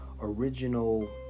original